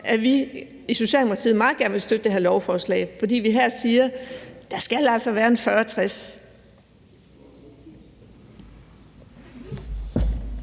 at vi i Socialdemokratiet meget gerne vil støtte det her lovforslag; for vi siger, at der altså skal være en